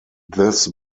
this